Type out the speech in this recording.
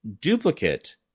duplicate